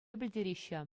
пӗлтереҫҫӗ